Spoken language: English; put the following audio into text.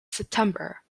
september